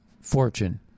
fortune